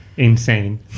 Insane